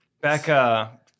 Becca